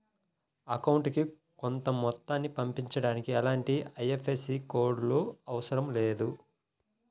అకౌంటుకి కొంత మొత్తాన్ని పంపించడానికి ఎలాంటి ఐఎఫ్ఎస్సి కోడ్ లు అవసరం లేదు